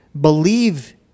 Believe